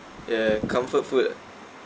yeah comfort food